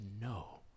no